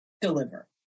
deliver